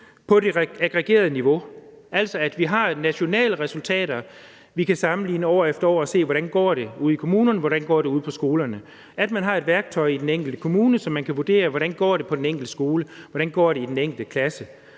på det aggregerede niveau, altså at vi har nationale resultater, vi kan sammenligne år efter år, så vi kan se, hvordan det går ude i kommunerne, og hvordan det går ude på skolerne, altså at man har et værktøj i den enkelte kommune, så man kan vurdere, hvordan det går på den enkelte skole, hvordan det går i den enkelte klasse.